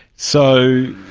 so,